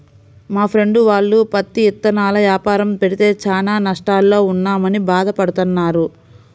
మా ఫ్రెండు వాళ్ళు పత్తి ఇత్తనాల యాపారం పెడితే చానా నష్టాల్లో ఉన్నామని భాధ పడతన్నారు